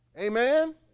Amen